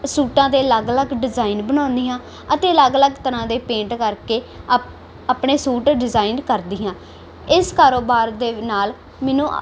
ਸੂਟਾਂ ਦੇ ਅਲੱਗ ਅਲੱਗ ਡਿਜਾਇਨ ਬਣਾਉਂਦੀ ਹਾਂ ਅਤੇ ਅਲੱਗ ਅਲੱਗ ਤਰ੍ਹਾਂ ਦੇ ਪੇਂਟ ਕਰਕੇ ਅਪ ਆਪਣੇ ਸੂਟ ਡਿਜਾਇਨ ਕਰਦੀ ਹਾਂ ਇਸ ਕਾਰੋਬਾਰ ਦੇ ਨਾਲ ਮੈਨੂੰ